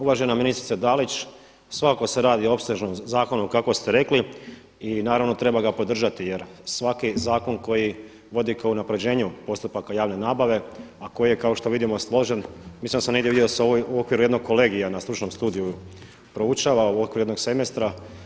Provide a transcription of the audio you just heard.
Uvažena ministrice Dalić, svakako se radi o opsežnom zakonu kako ste rekli i naravno treba ga podržati jer svaki zakon koji vodi ka unapređenju postupaka javne nabave a koji je kao što vidimo složen, mislim da sam negdje vidio da se u okviru jednog kolegija na stručnom studiju proučava u okviru jednog semestra.